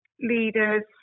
leaders